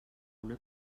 una